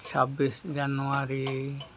ᱪᱷᱟᱵᱽᱵᱤᱥ ᱡᱟᱱᱩᱣᱟᱨᱤ